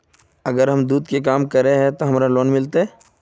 अगर हम दूध के काम करे है ते हमरा लोन मिलते?